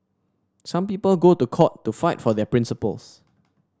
some people go to court to fight for their principles